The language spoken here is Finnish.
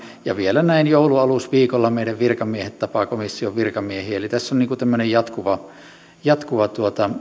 ja vielä näin joulunalusviikolla meidän virkamiehet tapaavat komission virkamiehiä eli tässä on tämmöinen jatkuva